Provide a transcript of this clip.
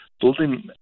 building